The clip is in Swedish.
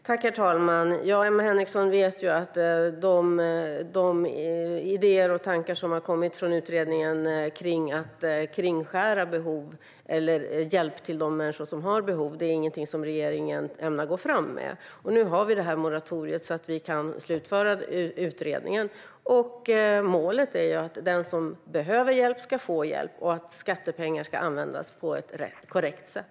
Herr talman! Emma Henriksson vet ju att de idéer och tankar som har kommit från utredningen om att kringskära behov eller hjälp till de människor som har behov inte är någonting som regeringen ämnar gå fram med. Nu har vi moratoriet så att utredningen kan slutföras. Målet är att den som behöver hjälp ska få hjälp och att skattepengar ska användas på ett korrekt sätt.